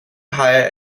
higher